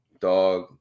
dog